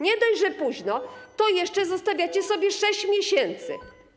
Nie dość, że późno, to jeszcze zostawiacie sobie 6 miesięcy.